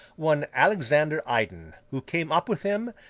one alexander iden, who came up with him,